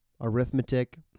arithmetic